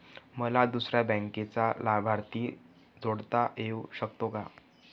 मला दुसऱ्या बँकेचा लाभार्थी जोडता येऊ शकतो का?